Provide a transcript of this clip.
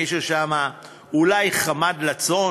מישהו אולי חמד לצון,